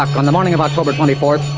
on the morning of october twenty fourth,